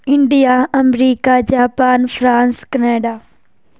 India America Japan France Canada